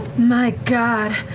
my god,